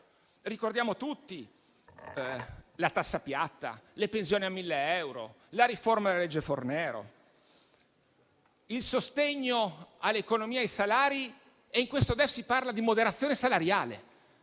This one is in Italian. Ricordiamo tutti la tassa piatta, le pensioni a 1.000 euro, la riforma della legge Fornero, il sostegno all'economia e ai salari e in questo DEF si parla di moderazione salariale?